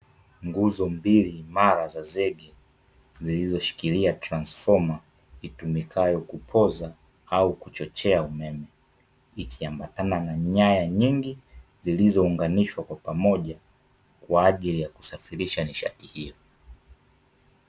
Nguzo mbili imara za zege zilizoshikilia transfoma itumikayo kupoza au kuchochea umeme ikiambatana na nyaya nyingi zilizounganishwa kwa pamoja kwa ajili ya kusafirisha nishati hiyo.